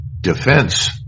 defense